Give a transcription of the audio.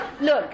Look